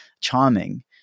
charming